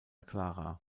clara